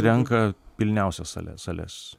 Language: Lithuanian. renka pilniausias sale sales